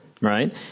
right